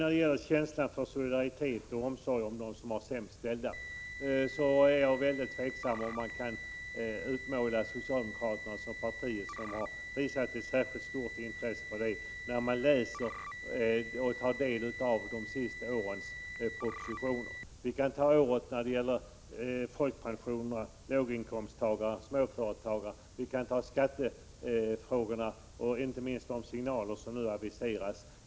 När det gäller känslan för solidaritet och omsorg om de sämst ställda är jag tveksam till om man kan utmåla socialdemokraterna som det parti som har visat ett särskilt stort intresse för detta, när man tar del av de senaste årens propositioner. Vi kan se på folkpensionärer, låginkomsttagare ,småföretagare, vi kan ta skattefrågorna och inte minst de signaler som nu aviseras.